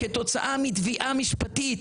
כתוצאה מתביעה משפטית,